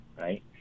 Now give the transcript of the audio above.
right